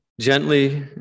gently